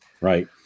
right